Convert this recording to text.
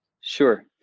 Sure